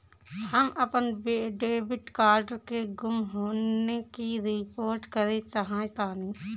हम अपन debit card के गुम होने की रिपोर्ट करे चाहतानी